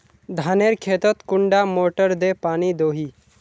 धानेर खेतोत कुंडा मोटर दे पानी दोही?